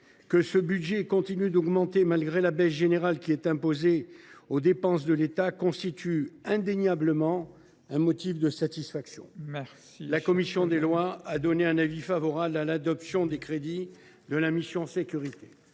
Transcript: que ce budget continue d’augmenter malgré la baisse générale qui est imposée aux dépenses de l’État constitue indéniablement un motif de satisfaction. La commission des lois a donc donné un avis favorable sur l’adoption des crédits de la mission « Sécurités